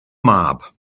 mab